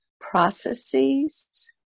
processes